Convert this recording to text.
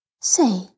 Say